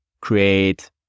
create